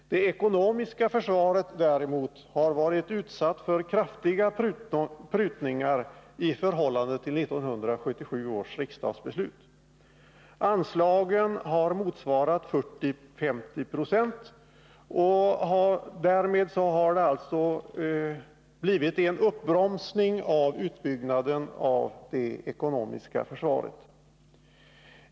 Det ekonomiska försvaret däremot har varit utsatt för kraftiga prutningar i förhållande till 1977 års riksdagsbeslut. Anslagen har motsvarat 40-50 96 och därmed har det alltså blivit en uppbromsning av utbyggnaden av det ekonomiska försvaret.